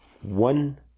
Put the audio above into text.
one